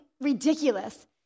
ridiculous